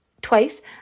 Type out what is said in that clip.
Twice